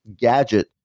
gadget